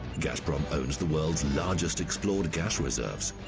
gazprom owns the world's largest explored gas reserves,